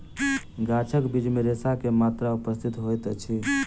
गाछक बीज मे रेशा के मात्रा उपस्थित होइत अछि